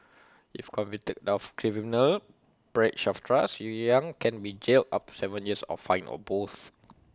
if convicted of criminal breach of trust yang can be jailed up to Seven years or fined or both